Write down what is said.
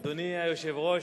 אדוני היושב-ראש,